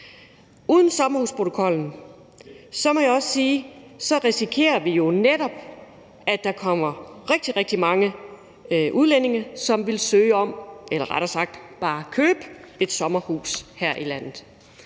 uden sommerhusprotokollen risikerer vi jo netop, at der kommer rigtig, rigtig mange udlændinge, som vil søge om eller rettere sagt bare købe et sommerhus her i landet.